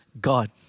God